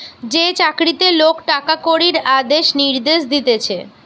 যে চাকরিতে লোক টাকা কড়ির আদেশ নির্দেশ দিতেছে